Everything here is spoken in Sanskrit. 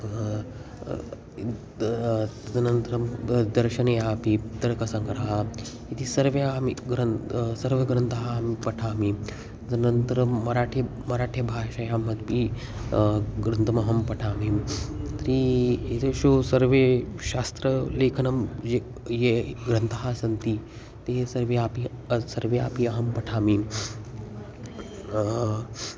तदनन्तरं ब दर्शनया अपि तर्कसङ्ग्रहः इति सर्वानि सर्वग्रन्थः अहं पठामि तदनन्तरं मराठि मराठी भाषयां ग्रन्थमहं पठामि तर्हि एतेषु सर्वे शास्त्रलेखनं ये ये ग्रन्थाः सन्ति ते सर्वे अपि सर्वे अपि अहं पठामि